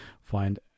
find